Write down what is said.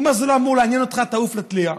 הוא אמר: זה לא אמור לעניין אותך, תעוף לתלייה.